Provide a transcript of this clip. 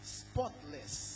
spotless